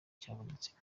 cyabonetsemo